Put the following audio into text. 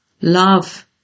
love